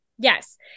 Yes